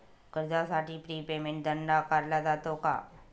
कर्जासाठी pre payment दंड आकारला जातो का?